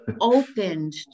opened